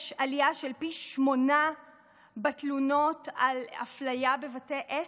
יש עלייה של פי שמונה בתלונות על אפליה בבתי עסק,